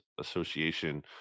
Association